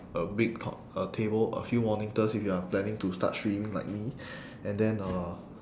a big to~ a table a few monitors if you are planning to start streaming like me and then uh